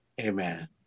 Amen